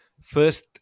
First